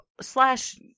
slash